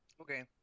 Okay